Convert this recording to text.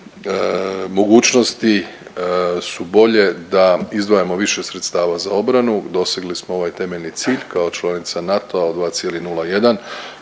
mogućnosti su bolje da izdvajamo više sredstava za obranu. Dosegli smo ovaj temeljni cilj kao članica NATO-a od 2,01